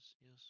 yes